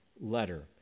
letter